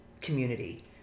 community